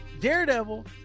Daredevil